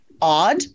odd